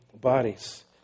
bodies